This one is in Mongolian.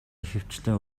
ихэвчлэн